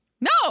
No